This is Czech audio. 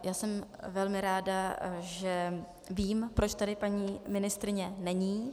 Já jsem velmi ráda, že vím, proč tady paní ministryně není.